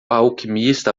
alquimista